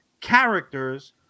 characters